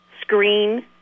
screen